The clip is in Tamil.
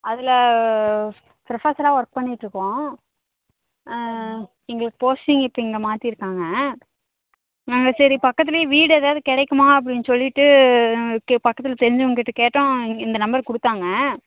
அதில் ப்ரொஃபஸராக ஒர்க் பண்ணிட்டுருக்கோம் எங்களுக்கு போஸ்டிங் இப்போ இங்கே மாற்றிருக்காங்க நாங்கள் சரி பக்கத்துல வீடு ஏதாவது கிடைக்குமா அப்படின் சொல்லிவிட்டு கே பக்கத்தில் தெரிஞ்சவங்கிட்ட கேட்டோம் இன் இந்த நம்பர் கொடுத்தாங்க